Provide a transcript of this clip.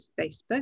Facebook